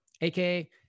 AKA